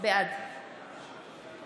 בעד